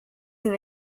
and